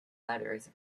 letters